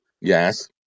Yes